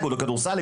איגוד הכדורסל,